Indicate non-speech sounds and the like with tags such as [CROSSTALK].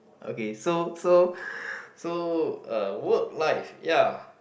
okay so so [BREATH] so uh work life ya